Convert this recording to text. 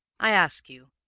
i ask you,